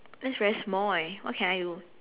that's very small eh what can I do